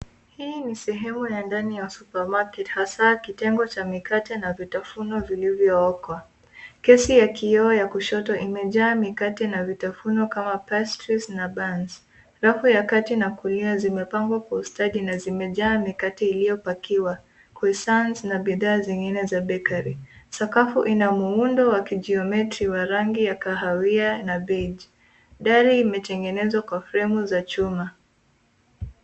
Hii sehemu ya ndani ya supermarket hasa kitengo cha mikate na vitafunwa vilivyookwa. Kesi ya kioo ya kushoto imejaa mikate na vitanfunwa kama pastries na buns . Rafu ya kulia na kati zimepangwa kwa ustadi na zimejaa mikate iliyopakiwa, Croissants na bidhaa zingine za bakery . Sakafu ina muundo wa kijiometri wa rangi ya kahawia na beige . Dari imetengenezwa kwa fremu za chuma.